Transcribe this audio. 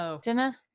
dinner